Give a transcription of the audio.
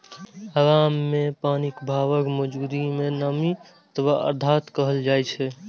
हवा मे पानिक भापक मौजूदगी कें नमी अथवा आर्द्रता कहल जाइ छै